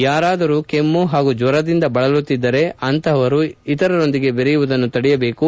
ಯಾರಾದರೂ ಕೆಮ್ಮ ಹಾಗೂ ಜ್ವರದಿಂದ ಬಳಲುತ್ತಿದ್ದರೆ ಅಂತಪವರು ಇತರರೊಂದಿಗೆ ಬೆರೆಯುವುದನ್ನು ತಡೆಯಬೇಕು